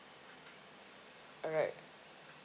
alright